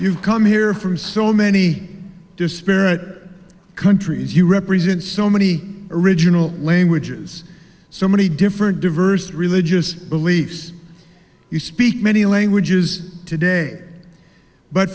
you've come here from so many dispirit countries you represent so many original languages so many different diverse religious beliefs you speak many languages today but